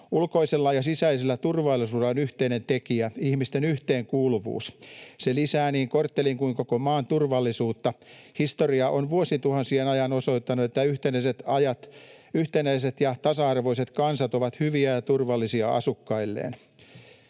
Ulkoisella ja sisäisellä turvallisuudella on yhteinen tekijä: ihmisten yhteenkuuluvuus. Se lisää niin korttelin kuin koko maan turvallisuutta. Historia on vuosituhansien ajan osoittanut, että yhtenäiset ja tasa-arvoiset kansat ovat hyviä ja turvallisia asukkailleen.